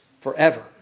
forever